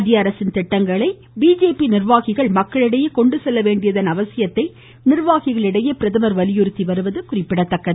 மத்திய அரசின் திட்டங்களை நிர்வாகிககள் மக்களிடையே கொண்டு செல்ல வேண்டியதன் அவசியத்தை நிர்வாகிகளிடையே பிரதமர் வலியுறுத்தி வருவது குறிப்பிடத்தக்கது